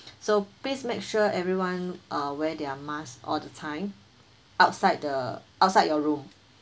so please make sure everyone uh wear their mask all the time outside the outside your room